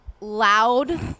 loud